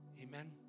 Amen